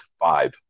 five